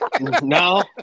No